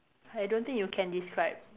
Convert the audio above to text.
I don't think you can describe